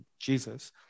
Jesus